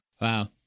Wow